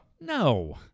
no